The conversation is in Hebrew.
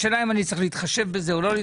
השאלה אם אני צריך להתחשב בזה או לא.